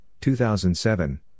2007